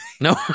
No